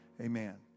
Amen